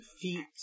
Feet